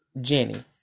Jenny